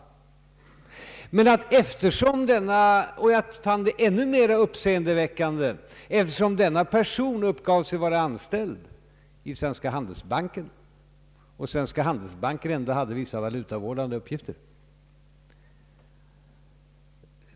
Jag fann det ännu mer uppseendeväckande, eftersom denne person uppgav sig vara anställd i Svenska handelsbanken, som ändå har vissa valutavårdande uppgifter.